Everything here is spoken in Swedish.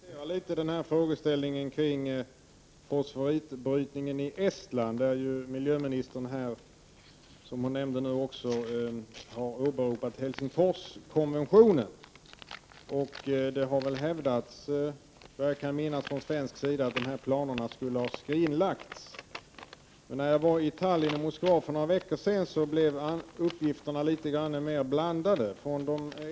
Fru talman! Jag skulle vilja komplettera frågeställningen kring fosforitbrytningen i Estland litet grand. Miljöministern nämnde här att hon också har åberopat Helsingforskonventionen. Det har hävdats, vad jag kan minnas, från svensk sida att dessa planer skulle ha skrinlagts. När jag var i Tallinn och Moskva för några veckor sedan fick jag litet mera blandade uppgifter.